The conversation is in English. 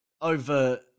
over